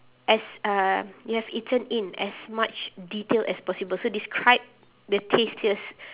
as uh you have eaten in as much detail as possible so describe the tastiest